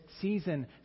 season